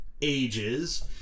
ages